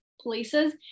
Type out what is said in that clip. places